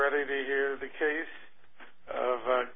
ready to hear the case